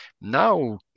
Now